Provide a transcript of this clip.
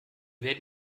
werden